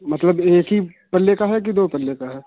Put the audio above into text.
मतलब एक ही पल्ले का है कि दो पल्ले का है